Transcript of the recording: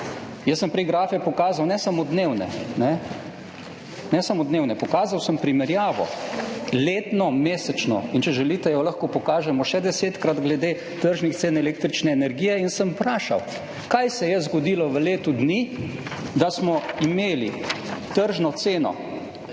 Jaz sem prej grafe pokazal, ne samo dnevne, ne samo dnevne. Pokazal sem primerjavo letno, mesečno in če želite jo lahko pokažemo še desetkrat glede tržnih cen električne energije in sem vprašal, kaj se je zgodilo v letu dni, da smo imeli tržno ceno